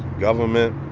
government,